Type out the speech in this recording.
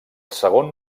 segon